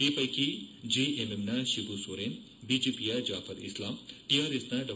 ಈ ಪೈಕಿ ಜೆಎಂಎಂನ ಶಿಬು ಸೊರೇನ್ ಬಿಜೆಪಿ ಜಾಫರ್ ಇಸ್ಲಾಂ ಟಿಆರ್ಎಸ್ನ ಡಾ